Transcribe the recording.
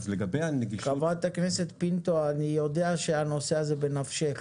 חברת הכנסת פינטו, אני יודע שהנושא הזה הוא בנפשך